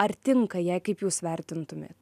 ar tinka jai kaip jūs vertintumėt